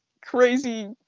crazy